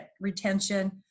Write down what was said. retention